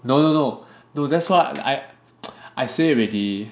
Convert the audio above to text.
no no no dude that's what I I say already